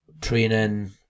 training